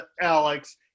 Alex